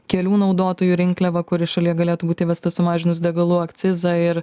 kelių naudotojų rinkliava kuri šalyje galėtų būt įvesta sumažinus degalų akcizą ir